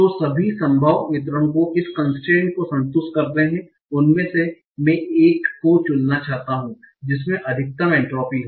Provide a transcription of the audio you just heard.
तो सभी संभावना वितरण जो इस कन्स्ट्रेन्ट को संतुष्ट करते हैं उनमें से मैं उस एक को चुनना चाहता हूं जिसमें अधिकतम एन्ट्रापी हो